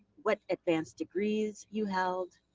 what advanced degrees you held,